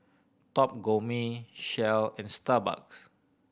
Top Gourmet Shell and Starbucks